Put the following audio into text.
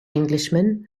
englishman